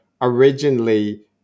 originally